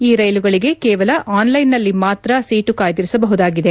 ಈ ರೈಲುಗಳಿಗೆ ಕೇವಲ ಆನ್ಲೈನ್ನಲ್ಲಿ ಮಾತ್ರ ಸೀಟು ಕಾಯ್ದಿರಿಸಬಹುದಾಗಿದೆ